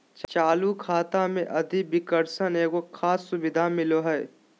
चालू खाता मे अधिविकर्षण एगो खास सुविधा मिलो हय